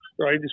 Right